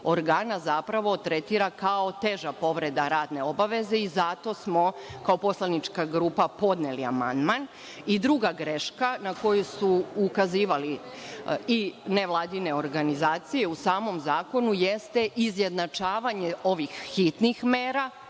organa zapravo tretira kao teža povreda radne obaveze i zato smo kao poslanička grupa podneli amandman. Druga greška na koju su ukazivale i nevladine organizacije u samom zakonu jeste izjednačavanje ovih hitnih mera